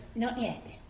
not yet.